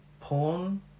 porn